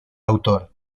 autor